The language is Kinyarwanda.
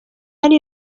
hari